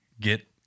get